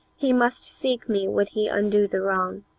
he must seek me would he undo the wrong.